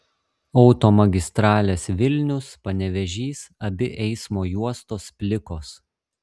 automagistralės vilnius panevėžys abi eismo juostos plikos